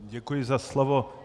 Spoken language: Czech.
Děkuji za slovo.